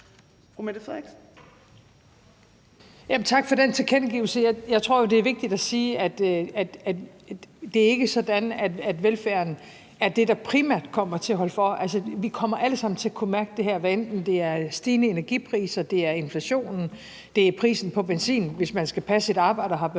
Tak for den tilkendegivelse. Jeg tror jo, det er vigtigt at sige, at det ikke er sådan, at velfærden er det, der primært kommer til at holde for. Vi kommer alle sammen til at kunne mærke det her, hvad enten det er via stigende energipriser, inflationen eller prisen på benzin, hvis man skal passe sit arbejde og har behov